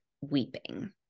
weeping